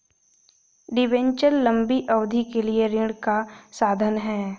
debenture लंबी अवधि के लिए ऋण का साधन है